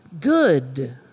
good